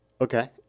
Okay